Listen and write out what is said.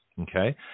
Okay